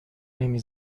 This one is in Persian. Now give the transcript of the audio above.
نمی